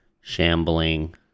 shambling